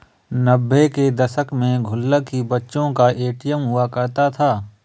नब्बे के दशक में गुल्लक ही बच्चों का ए.टी.एम हुआ करता था